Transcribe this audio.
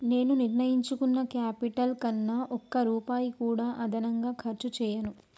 నేను నిర్ణయించుకున్న క్యాపిటల్ కన్నా ఒక్క రూపాయి కూడా అదనంగా ఖర్చు చేయను